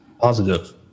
positive